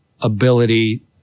ability